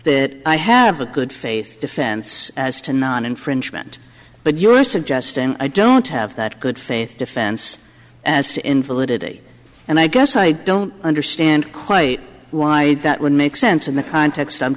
that i have a good faith defense as to not infringement but you're suggesting i don't have that good faith defense as to invalidity and i guess i don't understand quite why that would make sense in the context i'm